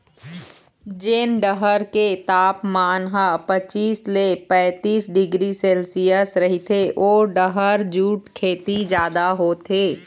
जेन डहर के तापमान ह पचीस ले पैतीस डिग्री सेल्सियस रहिथे ओ डहर जूट खेती जादा होथे